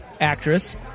actress